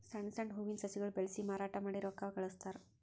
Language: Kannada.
ಸಣ್ಣ್ ಸಣ್ಣ್ ಹೂವಿನ ಸಸಿಗೊಳ್ ಬೆಳಸಿ ಮಾರಾಟ್ ಮಾಡಿ ರೊಕ್ಕಾ ಗಳಸ್ತಾರ್